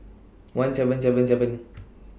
one seven seven seven